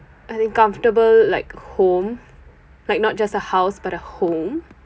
and then comfortable like home like not just a house but a home